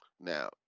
Now